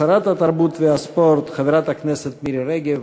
שרת התרבות והספורט חברת הכנסת מירי רגב.